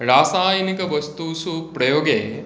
रासायनिकवस्तुषु प्रयोगे